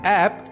app